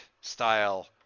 style